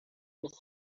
his